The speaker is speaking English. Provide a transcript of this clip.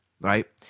right